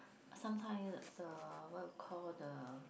sometime the what you call the